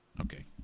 Okay